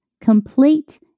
complete